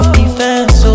defense